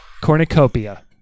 cornucopia